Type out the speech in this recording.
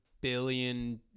billion